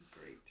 Great